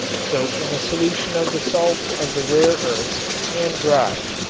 soaked in a solution of the salts of the rare earths and dried.